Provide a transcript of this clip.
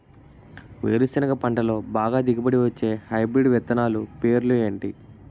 వేరుసెనగ పంటలో బాగా దిగుబడి వచ్చే హైబ్రిడ్ విత్తనాలు పేర్లు ఏంటి?